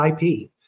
IP